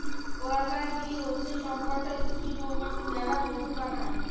worker bee হচ্ছে সব কটা স্ত্রী মৌমাছি যারা মধু বানায়